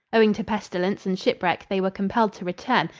owing to pestilence and shipwreck, they were compelled to return,